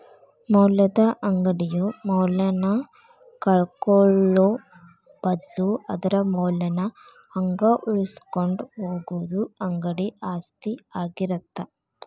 ಮೌಲ್ಯದ ಅಂಗಡಿಯು ಮೌಲ್ಯನ ಕಳ್ಕೊಳ್ಳೋ ಬದ್ಲು ಅದರ ಮೌಲ್ಯನ ಹಂಗ ಉಳಿಸಿಕೊಂಡ ಹೋಗುದ ಅಂಗಡಿ ಆಸ್ತಿ ಆಗಿರತ್ತ